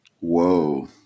Whoa